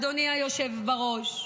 אדוני היושב-ראש.